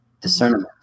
discernment